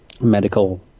medical